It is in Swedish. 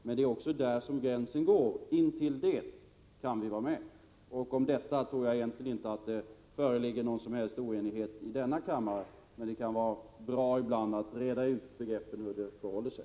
Men intill den gränsen kan vi vara med. Om detta tror jag egentligen inte att det föreligger någon som helst oenighet i denna kammare. Men det kan ibland vara bra att reda ut hur det förhåller sig.